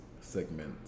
segment